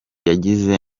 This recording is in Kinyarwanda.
yagize